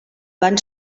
van